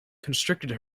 constricted